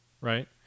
right